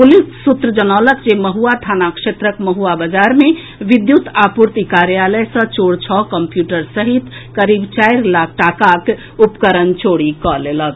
police सूत्र जनौलक जे महुआ थाना क्षेत्रक महुआ बजार मे विद्युत आपूर्ति कार्यालय सॅ चोर छओ कम्प्यूटर सहित करीब चारि लाख टाकाक उपकरण चोरी कऽ लेलक